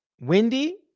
Windy